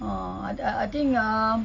uh I I I think ah